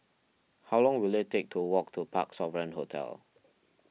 how long will it take to walk to Parc Sovereign Hotel